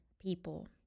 people